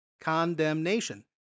Condemnation